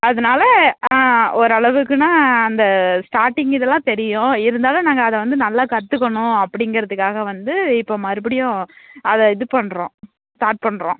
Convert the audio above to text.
அதனால ஓரளவுக்குன்னால் அந்த ஸ்டார்டிங் இதெலாம் தெரியும் இருந்தாலும் நாங்கள் அதை வந்து நல்லா கற்றுக்கணும் அப்படிங்கிறதுக்காக வந்து இப்போது மறுபடியும் அதை இது பண்ணுறோம் ஸ்டார்ட் பண்ணுறோம்